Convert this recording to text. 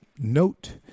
note